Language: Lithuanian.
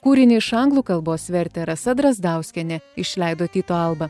kūrinį iš anglų kalbos vertė rasa drazdauskienė išleido tyto alba